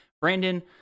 brandon